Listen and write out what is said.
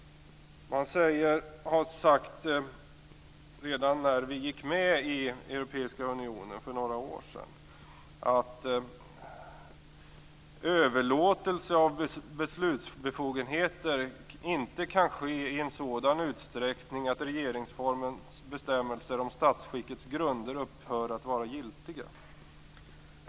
Redan när vi gick med i Europeiska unionen för några år sedan har man sagt att överlåtelse av beslutsbefogenheter inte kan ske i en sådan utsträckning att regeringsformens bestämmelser om statsskickets grunder upphör att vara giltiga.